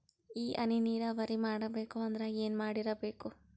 ಈ ಹನಿ ನೀರಾವರಿ ಮಾಡಬೇಕು ಅಂದ್ರ ಏನ್ ಮಾಡಿರಬೇಕು?